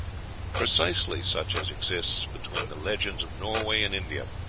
precisely such as exists between the, legends of norway and india.